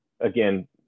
again